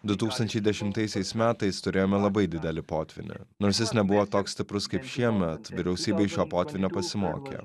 du tūkstančiai dešimtaisiais metais turėjome labai didelį potvynį nors jis nebuvo toks stiprus kaip šiemet vyriausybė iš šio potvynio pasimokėme